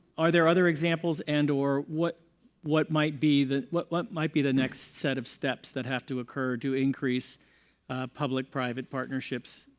are there other examples and or what what might be what what might be the next set of steps that have to occur to increase public private partnerships,